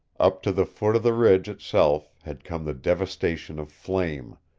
up to the foot of the ridge itself had come the devastation of flame,